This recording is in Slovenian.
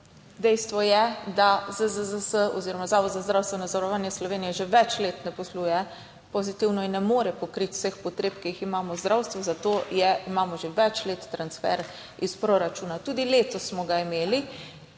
Dejstvo je, da ZZZS oziroma Zavod za zdravstveno zavarovanje Slovenije že več let ne posluje pozitivno in ne more pokriti vseh potreb, ki jih imamo v zdravstvu. Zato je imamo že več let transfer iz proračuna, tudi letos smo ga imeli,